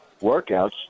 workouts